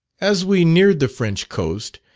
as we neared the french coast,